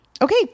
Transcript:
okay